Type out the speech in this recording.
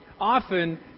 often